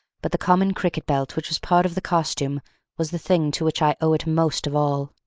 but the common cricket-belt which was part of the costume was the thing to which i owe it most of all.